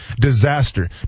disaster